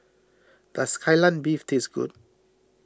does Kai Lan Beef taste good